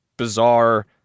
Bizarre